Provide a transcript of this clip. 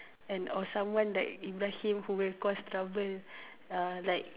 and or someone like Ibrahim who will cause trouble uh like